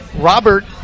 Robert